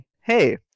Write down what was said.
Hey